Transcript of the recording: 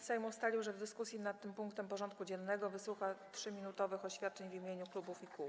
Sejm ustalił, że w dyskusji nad tym punktem porządku dziennego wysłucha 3-minutowych oświadczeń w imieniu klubów i koła.